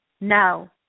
No